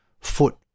foot